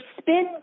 spin